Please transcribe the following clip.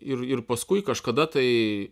ir ir paskui kažkada tai